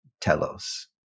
telos